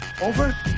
Over